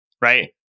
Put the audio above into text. right